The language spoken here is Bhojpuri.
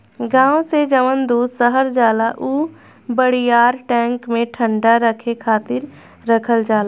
गाँव से जवन दूध शहर जाला उ बड़ियार टैंक में ठंडा रखे खातिर रखल जाला